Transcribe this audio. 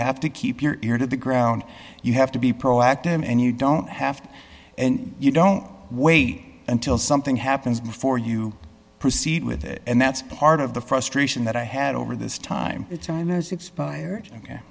have to keep your ear to the ground you have to be proactive and you don't have to and you don't wait until something happens before you proceed with it and that's part of the frustration that i had over this time the time is expired ok